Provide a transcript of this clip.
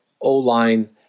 O-line